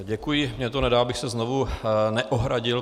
Děkuji, mně to nedá, abych se znovu neohradil.